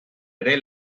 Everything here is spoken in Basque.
ere